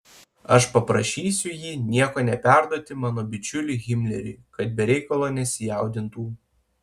aš paprašysiu jį nieko neperduoti mano bičiuliui himleriui kad be reikalo nesijaudintų